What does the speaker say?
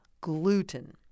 gluten